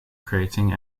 creating